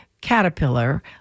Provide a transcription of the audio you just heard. caterpillar